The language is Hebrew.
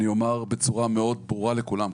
אני אומר בצורה מאוד ברורה לכולם.